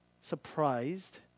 surprised